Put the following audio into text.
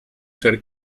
ser